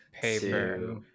paper